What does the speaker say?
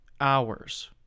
hours